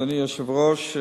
אדוני היושב-ראש.